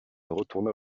retourna